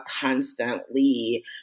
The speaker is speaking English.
constantly